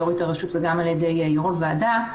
יו"רית הרשות וגם על ידי יו"ר הוועדה,